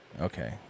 okay